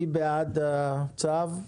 מי בעד הצו?